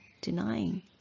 denying